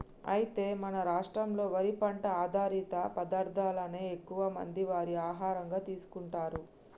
అయితే మన రాష్ట్రంలో వరి పంట ఆధారిత పదార్థాలనే ఎక్కువ మంది వారి ఆహారంగా తీసుకుంటారు